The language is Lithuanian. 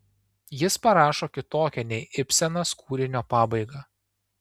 jis parašo kitokią nei ibsenas kūrinio pabaigą